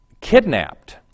kidnapped